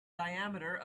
diameter